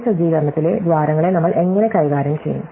ഈ സജ്ജീകരണത്തിലെ ദ്വാരങ്ങളെ നമ്മൾ എങ്ങനെ കൈകാര്യം ചെയ്യും